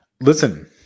Listen